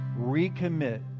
recommit